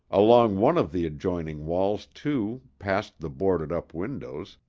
along one of the adjoining walls, too, past the boarded-up windows,